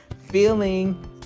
feeling